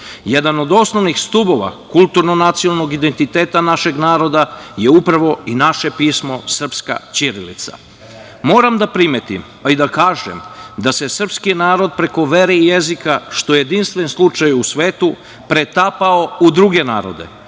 Jedan od osnovnih stubova kulturno nacionalnog identiteta našeg naroda je upravo i naše pismo – srpska ćirilica. Moram da primetim, pa i da kažem, da se srpski narod preko vere i jezika, što je jedinstven slučaj u svetu, pretapao u druge narode.